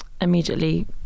immediately